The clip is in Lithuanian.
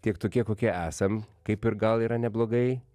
tiek tokie kokie esam kaip ir gal yra neblogai